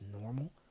normal